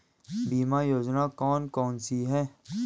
बीमा योजना कौन कौनसी हैं?